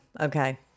Okay